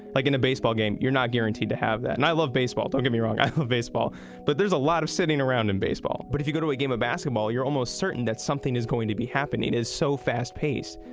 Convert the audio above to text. like in a baseball game, you're not guaranteed to have that. and i love baseball, don't get me wrong, i love baseball but there's a lot of sitting around in baseball but if you go to a game of basketball you're almost certain that something is going to be happening is so fast paced.